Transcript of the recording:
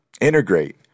integrate